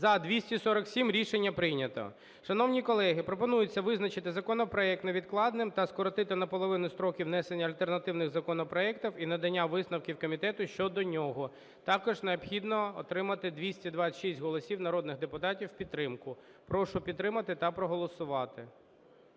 За-247 Рішення прийнято. Шановні колеги, пропонується визначити законопроект невідкладним та скоротити наполовину строки внесення альтернативних законопроектів і надання висновків комітету щодо нього. Також необхідно отримати 226 голосів народних депутатів у підтримку. Прошу підтримати та проголосувати.